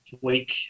week